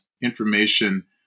information